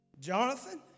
Jonathan